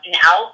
now